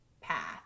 path